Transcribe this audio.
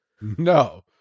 No